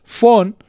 phone